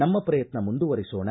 ನಮ್ಮ ಪ್ರಯತ್ನ ಮುಂದುವರಿಸೋಣ